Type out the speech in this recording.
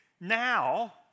Now